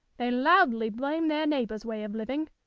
they loudly blame their neighbours' way of living,